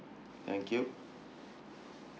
thank you